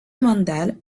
mandal